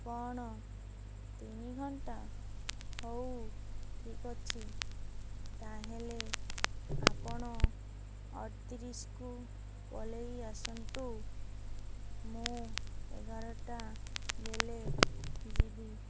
କ'ଣ ତିନି ଘଣ୍ଟା ହଉ ଠିକ୍ ଅଛି ତାହେଲେ ଆପଣ ଅଡ଼ତିରିଶ୍କୁ ପଲେଇ ଆସନ୍ତୁ ମୁଁ ଏଗାରଟା ବେଲେ ଯିବି